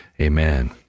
amen